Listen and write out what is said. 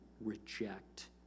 reject